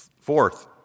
Fourth